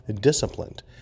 disciplined